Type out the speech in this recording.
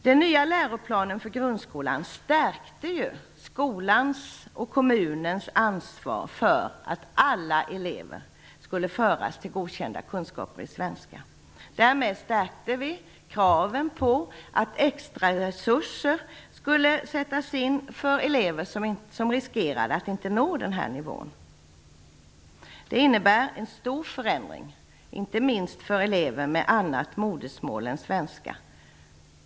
Den nya läroplanen för grundskolan stärkte ju skolans och kommunens ansvar för att alla elever skulle föras till godkända kunskaper i svenska. Därmed stärkte vi kraven på att extraresurser skulle sättas in för elever som riskerade att inte nå denna nivå. Det innebär en stor förändring, inte minst för elever med annat modersmål än svenska.